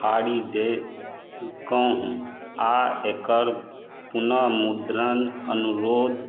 फाड़ि देलकहुँ आ एकर पुनर्मुद्रण अनुरोध